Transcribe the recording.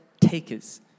takers